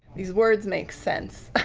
these words make sense